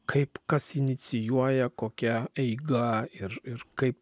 kaip kas inicijuoja kokia eiga ir ir kaip